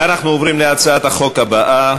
ואנחנו עוברים להצעת החוק הבאה: